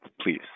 please